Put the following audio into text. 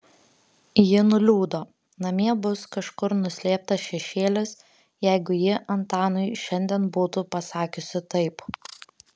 ji nuliūdo namie bus kažkur nuslėptas šešėlis jeigu ji antanui šiandien būtų pasakiusi taip